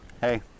hey